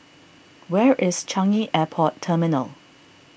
where is Changi Airport Terminal